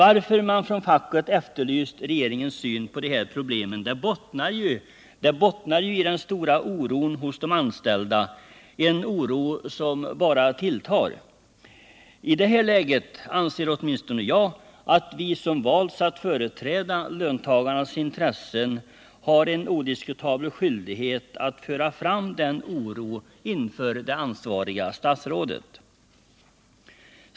Att man från facket efterlyst regeringens syn på de här problemen bottnar juiden stora oron hos de anställda, en oro som bara tilltar. I det här läget anser åtminstone jag att vi som valt att företräda löntagarnas intressen har en odiskutabel skyldighet att föra fram den oron inför det ansvariga statsrådet.